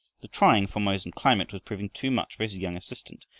the trying formosan climate was proving too much for his young assistant,